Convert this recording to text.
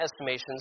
estimations